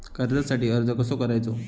कर्जासाठी अर्ज कसो करायचो?